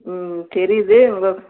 ம் தெரியுது உங்கள்